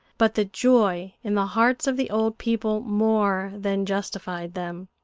but the joy in the hearts of the old people more than justified them.